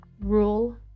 Rule